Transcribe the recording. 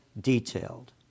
detailed